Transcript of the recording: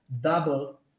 double